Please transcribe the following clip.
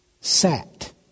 sat